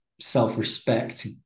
self-respect